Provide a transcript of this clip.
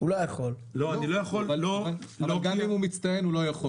גם אם הוא מצטיין הוא לא יכול.